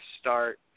start